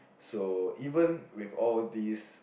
so even with all these